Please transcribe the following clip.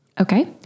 okay